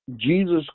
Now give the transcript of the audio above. Jesus